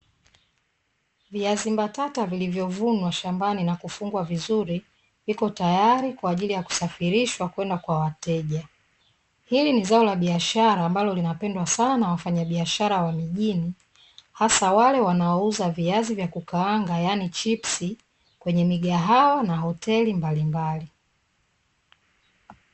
Viazi mbatata vilivyovunwa shambani na kufungwa vizuri, vipo tayari kwa ajili ya kusafirishwa kwenda kwa wateja. Hili ni zao la biashara ambalo linapendwa sana na wafanyabiashara wa mijini, hasa wale wanaouza viazi vya kukaanga yani chipsi, kwenye migahawa na hoteli mbalimbali.